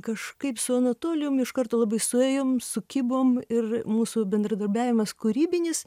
kažkaip su anatolijum iš karto labai suėjom sukibom ir mūsų bendradarbiavimas kūrybinis